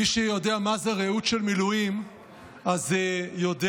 מי שיודע מה זה רעות של מילואים אז יודע,